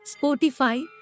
Spotify